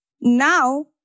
Now